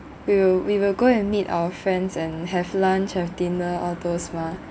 we will we will go and meet our friends and have lunch have dinner all those mah